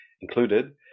included